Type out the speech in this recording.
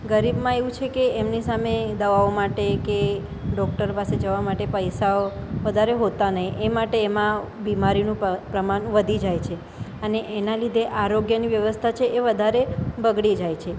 ગરીબમાં એવું છે કે એમની સામે દવાઓ માટે કે ડૉક્ટર પાસે જવા માટે પૈસા વધારે હોતા નહીં એ માટે એમાં બીમારીનું પ્રમાણ વધી જાય છે અને એના લીધે આરોગ્યની વ્યવસ્થા છે એ વધારે બગડી જાય છે